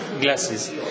glasses